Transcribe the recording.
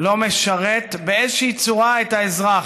לא משרת באיזושהי דרך את האזרח,